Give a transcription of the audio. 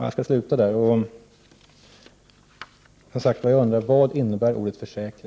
Jag undrar som sagt: Vad innebär ordet ”försäkra”?